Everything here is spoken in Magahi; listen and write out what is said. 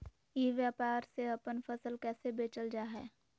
ई व्यापार से अपन फसल कैसे बेचल जा हाय?